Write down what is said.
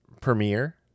premiere